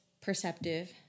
perceptive